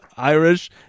Irish